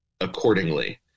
accordingly